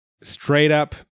straight-up